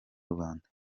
rubanda